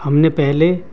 ہم نے پہلے